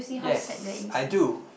yes I do